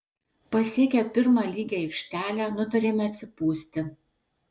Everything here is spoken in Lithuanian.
pasiekę pirmą lygią aikštelę nutarėme atsipūsti